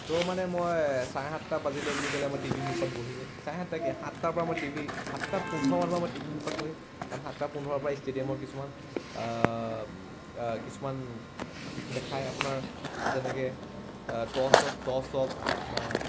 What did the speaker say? ছ' মানে মই চাৰে সাতটা বাজিলে বুলি ক'লে মই টিভিৰ মুখত বহিমেই চাৰে সাতটা কি সাতটাৰ পৰা মই টিভি সাতটা পোন্ধৰ মানৰ পৰা মই টিভি মুখত বহিম কাৰণ সাতটা পোন্ধৰ পৰা ষ্টেডিয়মৰ কিছুমান কিছুমান দেখায় আপোনাৰ যেনেকৈ টছ হওক টছ হওক বা